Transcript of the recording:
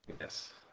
Yes